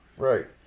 Right